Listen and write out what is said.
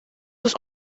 was